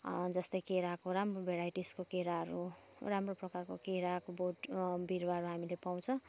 जस्तै कि केराको राम्रो भेराइटिजको केराहरू राम्रो प्रकारको केराको बोट बिरुवाहरू हामीले पाउँछौँ